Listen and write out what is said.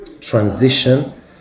transition